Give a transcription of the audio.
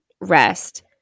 rest